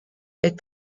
est